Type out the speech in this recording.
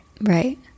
Right